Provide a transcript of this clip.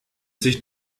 sich